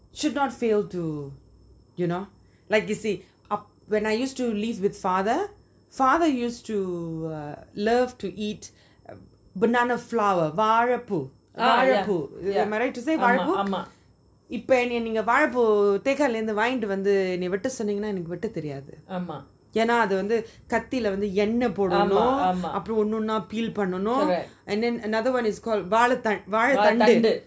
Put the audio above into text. should not failed to you know like you see when I used to live with father father used to uh love to eat banana flower வாழ பூ வாழ பூ:vazha poo vazha poo am I right to say வாழ பூ இப்போ என்னக்கு நீ வாழ பூ வாங்கிட்டு வந்து என்ன வெட்ட சொன்னிங்கன்னா என்னக்கு வெட்ட தெரியாது என்ன அது வந்து காதில என்ன போடணும் அப்புறம் ஒன்னு ஒண்ணா:vazha poo ipo ennaku nee vazha poo vangitu vanthu enna vetta soningana ennaku vetta teriyathu enna athu vanthu kathila enna podanum apram onu onna peel பண்ணனும் அப்புறம் இன்னோனு வாழ தண்டு:pannanum apram inonu vazha thandu